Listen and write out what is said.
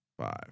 five